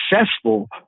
successful